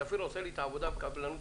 שפיר עושה לי את העבודה -- לא,